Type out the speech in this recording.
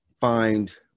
find